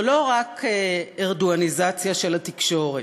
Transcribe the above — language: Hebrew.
זה לא רק ארדואניזציה של התקשורת,